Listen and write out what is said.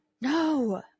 No